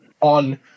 on